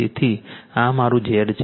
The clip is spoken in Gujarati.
તેથી આ મારું Z છે